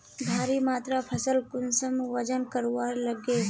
भारी मात्रा फसल कुंसम वजन करवार लगे?